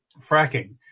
fracking